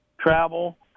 travel